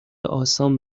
آسان